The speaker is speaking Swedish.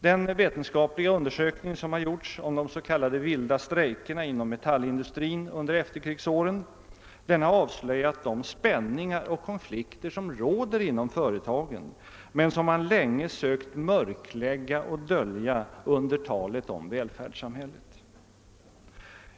Den vetenskapliga undersökning som har gjorts om de s.k. vilda strejkarna inom metallindustrin under efterkrigsåren har avslöjat de spänningar och konflikter som råder inom företagen men som man länge har försökt mörklägga och dölja under talet om välfärdssamhället.